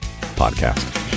podcast